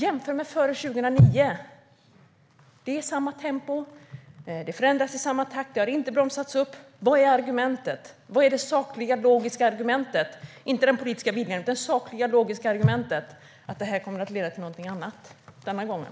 Jämför med tiden före 2009 - det är samma tempo. Det förändras i samma takt. Det har inte bromsats upp. Vilket är argumentet för att det här kommer att leda till någonting annat denna gång? Jag menar inte den politiska viljan, utan det sakliga och logiska argumentet.